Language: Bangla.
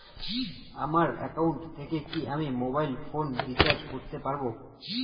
আমার একাউন্ট থেকে কি আমি মোবাইল ফোন রিসার্চ করতে পারবো?